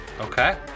Okay